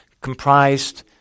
comprised